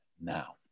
now